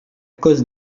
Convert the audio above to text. cause